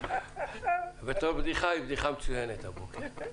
בתור בדיחה היא בדיחה מצוינת הבוקר.